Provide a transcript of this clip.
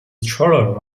stroller